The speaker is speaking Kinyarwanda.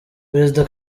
perezida